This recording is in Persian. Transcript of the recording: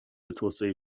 توسعه